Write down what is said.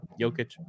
Jokic